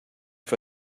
for